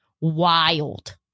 wild